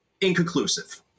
inconclusive